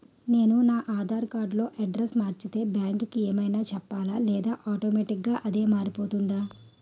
నేను నా ఆధార్ కార్డ్ లో అడ్రెస్స్ మార్చితే బ్యాంక్ కి ఏమైనా చెప్పాలా లేదా ఆటోమేటిక్గా అదే మారిపోతుందా?